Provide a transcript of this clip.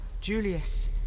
Julius